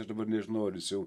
aš dabar nežinau ar jis jau